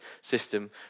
system